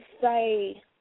say